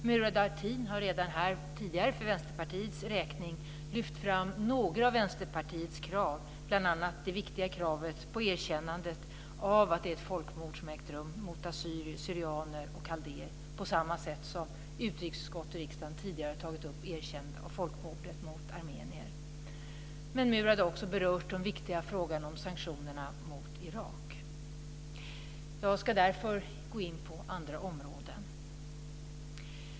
Murad Artin har här tidigare för Vänsterpartiets räkning lyft fram några av Vänsterpartiets krav. Det gäller bl.a. det viktiga kravet på ett erkännande av att det ägt rum ett folkmord på assyrier/syrianer och kaldéer. På samma sätt har utrikesutskottet i riksdagen tidigare tagit upp erkännande av folkmordet på armenier. Murad har också berört den viktiga frågan om sanktionerna mot Irak. Jag ska därför gå in på andra områden.